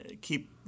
keep